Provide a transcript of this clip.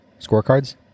scorecards